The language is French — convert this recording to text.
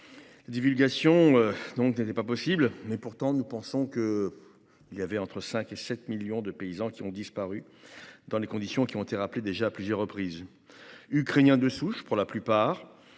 Divulgation donc n'était pas possible. Mais pourtant, nous pensons qu'. Il y avait entre 5 et 7 millions de paysans qui ont disparu dans les conditions qui ont été rappelés déjà à plusieurs reprises. Ukrainiens de souche pour la plupart.